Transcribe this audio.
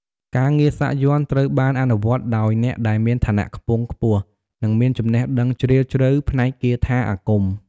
ការងារសាក់យ័ន្តត្រូវបានអនុវត្តដោយអ្នកដែលមានឋានៈខ្ពង់ខ្ពស់ និងមានចំណេះដឹងជ្រាលជ្រៅផ្នែកគាថាអាគម។